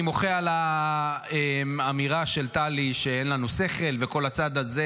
אני מוחה על האמירה של טלי שאין לנו שכל וכל הצד הזה,